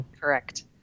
Correct